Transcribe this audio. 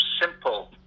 simple